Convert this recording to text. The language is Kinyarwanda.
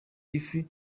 ifi